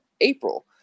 April